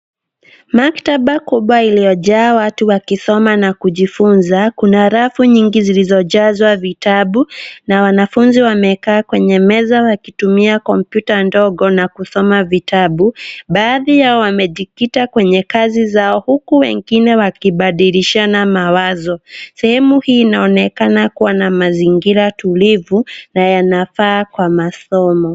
Maktaba kubwa iliyojaa watu wakisoma na kujifunza. Kuna rafu nyingi zilizojazwa vitabu, na wanafunzi wamekaa kwenye meza wakitumia kompyuta ndogo na kusoma vitabu. Baadhi yao wametikita kwenye kazi zao huku wengine wakibadilishana mawazo. Sehemu hii inaonekana kuwa na mazingira tulivu na yanayofaa kwa masomo